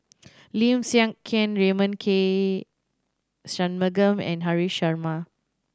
Lim Siang Keat Raymond K Shanmugam and Haresh Sharma